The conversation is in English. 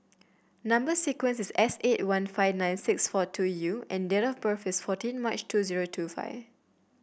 number sequence is S eight one five nine six four two U and date of birth is fourteen March two zero two five